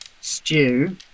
stew